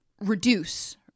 reduce